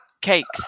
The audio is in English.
Cakes